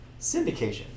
syndication